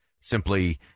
simply